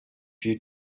you